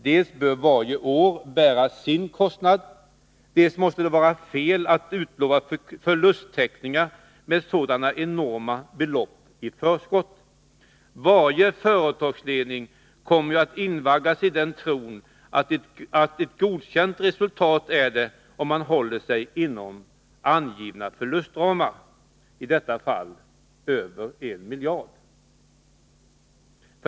Dels bör varje år bära sin kostnad, dels måste det vara fel att utlova förlusttäckning med sådana enorma belopp i förskott. Varje företagsledning kommer ju att invaggas i tron att ett godkänt resultat är att man håller sig inom angivna förlustramar, i detta fall över en miljard.